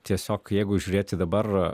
tiesiog jeigu žiūrėti dabar